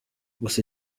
gusa